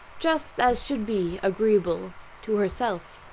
just as should be agreeable to herself.